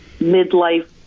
midlife